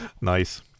Nice